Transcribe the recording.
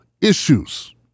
issues